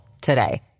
today